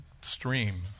stream